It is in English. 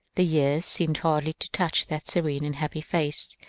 the years seemed hardly to touch that serene and happy face.